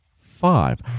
five